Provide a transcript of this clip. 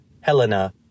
Helena